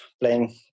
playing